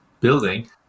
building